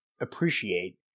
appreciate